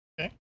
Okay